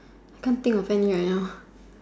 I can't think of any right now